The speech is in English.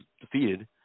defeated